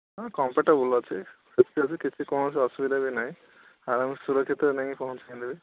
ହଁ କମ୍ଫର୍ଟେବୁଲ୍ ଅଛି ସେଫ୍ଟି ଅଛି କିଛି କୌଣସି ଅସୁବିଧା ବି ନାଇଁ ଆରାମରେ ସୁରକ୍ଷିତରେ ନେଇଁ କି ପହଞ୍ଚାଇ ଦେବି